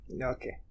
Okay